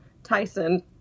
tyson